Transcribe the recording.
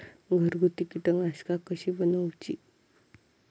घरगुती कीटकनाशका कशी बनवूची?